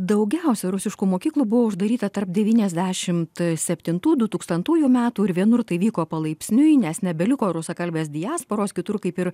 daugiausia rusiškų mokyklų buvo uždaryta tarp devyniasdešimt septintų du tūkstantųjų metų ir vienur tai vyko palaipsniui nes nebeliko rusakalbės diasporos kitur kaip ir